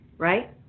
right